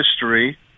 history